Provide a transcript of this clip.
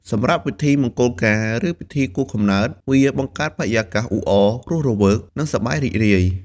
សម្រាប់ពិធីមង្គលការ ឬពិធីខួបកំណើត វាបង្កើតបរិយាកាសអ៊ូអរ រស់រវើក និងសប្បាយរីករាយ។